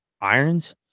irons